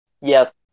Yes